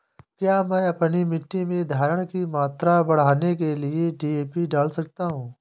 क्या मैं अपनी मिट्टी में धारण की मात्रा बढ़ाने के लिए डी.ए.पी डाल सकता हूँ?